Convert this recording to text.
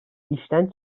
i̇şten